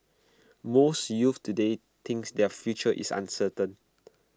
most youths today thinks their future is uncertain